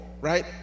right